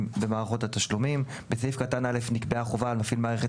במערכות התשלומים בסעיף קטן א' נקבעה החובה על מפעיל מערכת